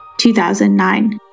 2009